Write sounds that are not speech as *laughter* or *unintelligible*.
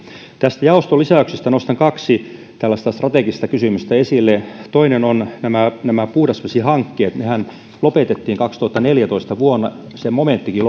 näistä jaoston lisäyksistä nostan kaksi tällaista strategista kysymystä esille toinen on puhdasvesihankkeet nehän lopetettiin vuonna kaksituhattaneljätoista se momenttikin *unintelligible*